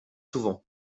souvent